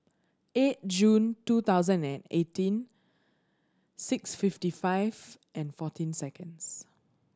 eight June two thousand and eighteen six fifty five and fourteen seconds